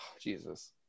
jesus